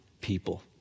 people